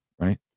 right